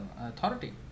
authority